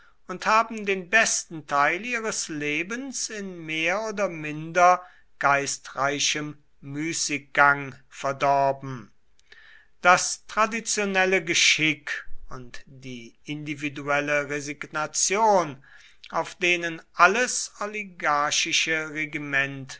und haben den besten teil ihres lebens in mehr oder minder geistreichem müßiggang verdorben das traditionelle geschick und die individuelle resignation auf denen alles